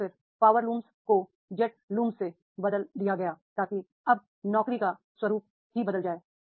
और फिर पावर लूमों को जेट लूमों से बदल दिया गया ताकि अब नौकरी का स्वरूप ही बदल जाए